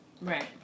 Right